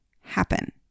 happen